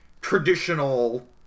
traditional